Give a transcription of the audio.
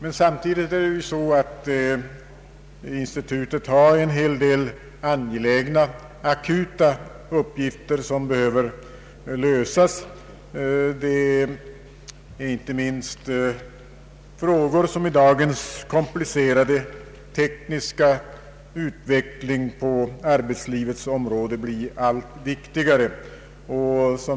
Institutet har dock samtidigt en hel del angelägna, akuta uppgifter som behöver lösas — frågor som i dagens komplicerade tekniska utveckling på arbetslivets område blir allt viktigare.